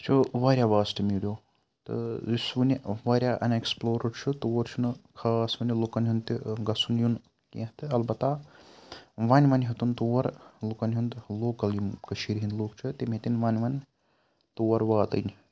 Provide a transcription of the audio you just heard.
چھُ واریاہ vast meadow تہٕ یُس وٕنہِ واریاہ اَن ایٚکسپلورڈ چھُ تور چھُ نہٕ خاص وٕنہِ لُکَن ہُنٛد تہِ گَژھُن یُن کینٛہہ تہِ اَلبَتہ وۄنۍ وۄنۍ ہیٚوتُن تور لُکَن ہُنٛد لوکَل یِم کٔشیٖر ہٕنٛد لُکھ چھِ تِم ہیٚتِنۍ وۄنۍ وۄنۍ تور واتٕنۍ